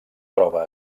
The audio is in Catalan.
troba